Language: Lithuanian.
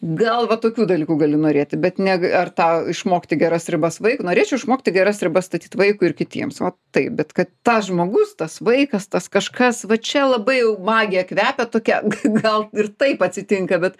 gal va tokių dalykų gali norėti bet neg ar tą išmokti geras ribas vaikui norėčiau išmokti geras riba statyt vaikui ir kitiems va taip bet kad tas žmogus tas vaikas tas kažkas va čia labai jau magija kvepia tokia g gal ir taip atsitinka bet